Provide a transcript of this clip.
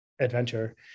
adventure